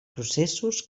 processos